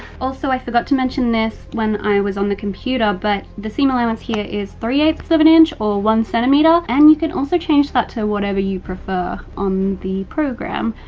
also i forgot to mention this when i was on the computer, but the seam allowance here is three eight s of an inch or one centimeter. and you can also change that to whatever you prefer on the program.